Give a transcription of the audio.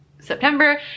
September